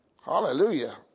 Hallelujah